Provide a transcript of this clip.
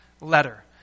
letter